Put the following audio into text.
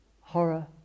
horror